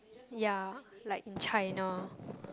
ya like in China